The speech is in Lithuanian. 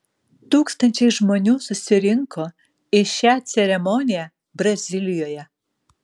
tūkstančiai žmonių susirinko į šią ceremoniją brazilijoje